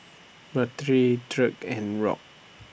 Bertie Dirk and Rock